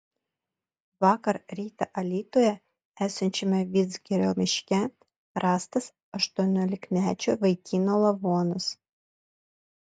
vakar rytą alytuje esančiame vidzgirio miške rastas aštuoniolikmečio vaikino lavonas